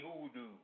hoodoo